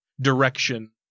direction